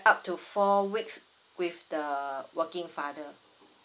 up to four weeks with the working father